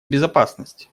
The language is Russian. безопасность